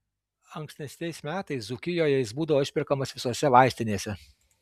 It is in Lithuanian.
ankstesniais metais dzūkijoje jis būdavo išperkamas visose vaistinėse